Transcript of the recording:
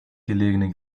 gelegene